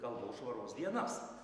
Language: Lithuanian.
kalbos švaros dienas